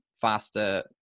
faster